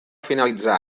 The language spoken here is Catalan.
finalitzar